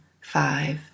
five